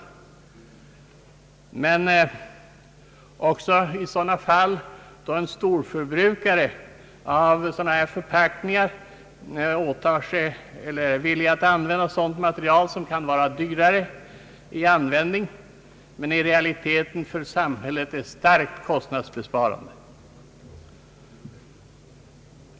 Samma stimulans bör kunna ges när en storförbrukare av förpackningar är villig att använda material som kan vara dyrare i användning men i realiteten för samhället är starkt kostnadsbesparande.